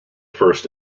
first